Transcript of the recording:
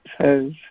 says